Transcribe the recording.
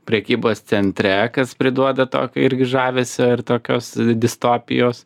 prekybos centre kas priduoda tokio irgi žavesio ir tokios distopijos